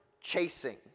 chasing